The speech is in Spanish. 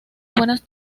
buenas